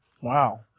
Wow